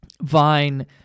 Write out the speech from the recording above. Vine